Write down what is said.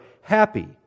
happy